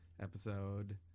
episode